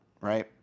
right